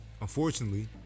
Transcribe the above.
Unfortunately